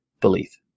belief